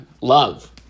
love